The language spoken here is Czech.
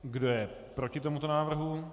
Kdo je proti tomuto návrhu?